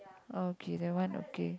okay that one okay